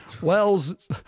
Wells